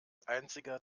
einziger